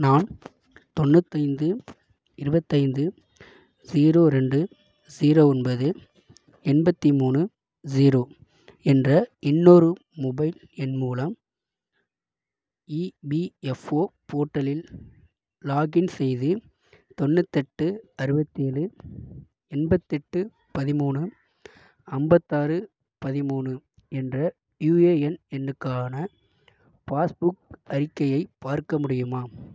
நான் தொண்ணூத்தைந்து இருபத்தைந்து ஸீரோ ரெண்டு ஸீரோ ஒன்பது எண்பத்தி மூணு ஸீரோ என்ற இன்னொரு மொபைல் எண் மூலம் இபிஎஃப்ஓ போர்ட்டலில் லாக்இன் செய்து தொண்ணூத்தெட்டு அறுபத்தேலு எண்பத்தெட்டு பதிமூணு ஐம்பத்தாறு பதிமூணு என்ற யுஏஎன் எண்ணுக்கான பாஸ்புக் அறிக்கையை பார்க்க முடியுமா